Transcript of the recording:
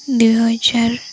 ଦୁଇହଜାର